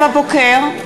נאוה בוקר,